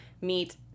meet